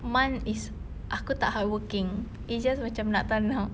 month is aku tak hardworking it's just macam nak tak nak